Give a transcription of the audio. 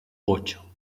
ocho